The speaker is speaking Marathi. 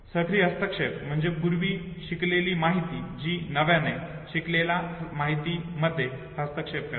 सक्रिय हस्तक्षेप म्हणजे पूर्वी शिकलेली माहिती जी नव्याने शिकलेल्या माहितीमध्ये हस्तक्षेप करते